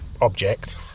object